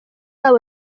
wabo